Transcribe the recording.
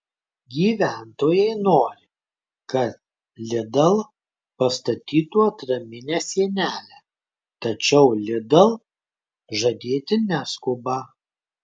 gyventojai nori kad lidl pastatytų atraminę sienelę tačiau lidl žadėti neskuba